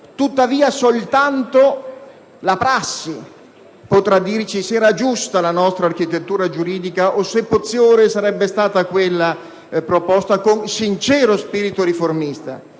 Tuttavia, soltanto la prassi potrà dirci se era giusta la nostra architettura giuridica o se *potiore* sarebbe stata quella proposta, con sincero spirito riformista,